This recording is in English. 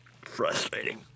frustrating